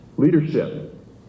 leadership